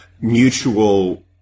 mutual